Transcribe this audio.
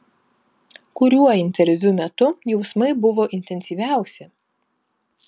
kuriuo interviu metu jausmai buvo intensyviausi